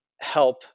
Help